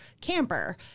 camper